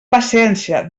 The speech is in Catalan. paciència